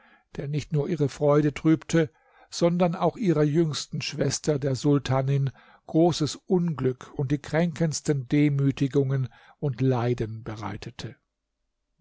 der nicht nur ihre freude trübte sondern auch ihrer jüngsten schwester der sultanin großes unglück und die kränkendsten demütigungen und leiden bereitete